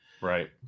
Right